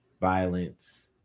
violence